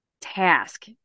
task